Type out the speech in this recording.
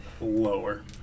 Lower